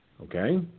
Okay